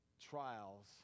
trials